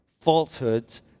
falsehoods